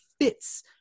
fits